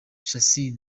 shassir